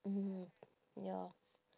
mm ya